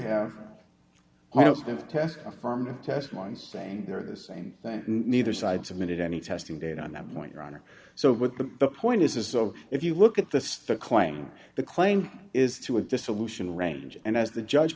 to test a firm test one saying they're the same thing neither side submitted any testing data on that point your honor so what the point is is so if you look at this claim the claim is to a dissolution range and as the judge